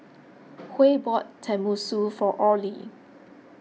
Huey bought Tenmusu for Orley